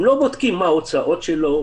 הם לא בודקים את ההוצאות שלו,